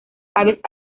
aves